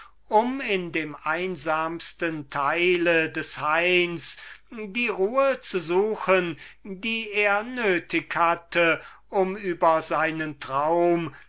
um in dem einsamsten teil des hains die ruhe zu suchen welche er nötig hatte über seinen traum